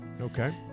Okay